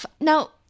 Now